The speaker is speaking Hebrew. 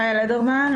מאיה לדרמן,